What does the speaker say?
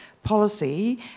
policy